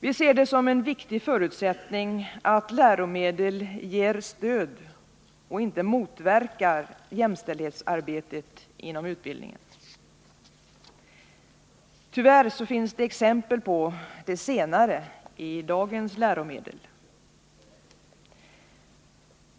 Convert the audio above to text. Vi ser det som en viktig förutsättning att läromedlen ger stöd och inte motverkar jämställdhetsarbetet inom utbildningen. Tyvärr finns det exempel på det senare i dagens läromedel.